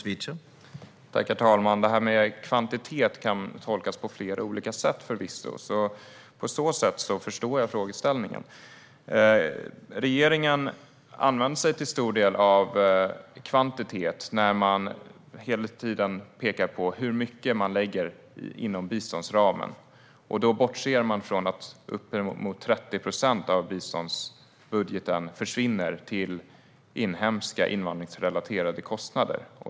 Herr talman! Det här med kvantitet kan förvisso tolkas på flera olika sätt, så på så sätt förstår jag frågeställningen. Regeringen använder sig till stor del av kvantitet när man hela tiden pekar på hur mycket man lägger inom biståndsramen. Då bortser man från att uppemot 30 procent av biståndsbudgeten försvinner till inhemska invandringsrelaterade kostnader.